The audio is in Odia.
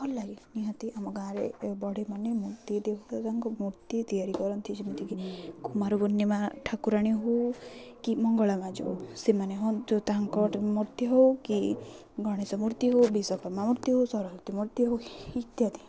ଭଲ ଲାଗେ ନିହାତି ଆମ ଗାଁରେ ବଢ଼େଇ ମାନେ ମୂର୍ତ୍ତି ଦେଉ ତାଙ୍କ ମୂର୍ତ୍ତି ତିଆରି କରନ୍ତି ଯେମିତିକି କୁମାର ପୂର୍ଣ୍ଣିମା ଠାକୁରାଣୀ ହଉ କି ମଙ୍ଗଳା ମା' ହଉ ସେମାନେ ହୁଅ ଯେଉଁ ତାଙ୍କ ମୂର୍ତ୍ତି ହଉ କି ଗଣେଶ ମୂର୍ତ୍ତି ହଉ ବିଶ୍ୱକର୍ମା ମୂର୍ତ୍ତି ହଉ ସରସ୍ଵତୀ ମୂର୍ତ୍ତି ହଉ ଇତ୍ୟାଦି